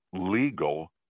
legal